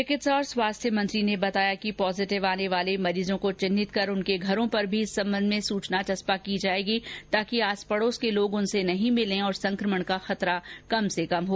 चिकित्सा और स्वास्थ्य मंत्री ने बताया कि पॉजीटिव आने वाले मरीजों को चिन्हित कर उनके घरों पर भी इस संबंध में सूचना चस्पा की जाएगी ताकि आस पड़ोस के लोग उनसे नहीं मिले और संक्रमण का खतरा कम से कम हो